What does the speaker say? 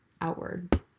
outward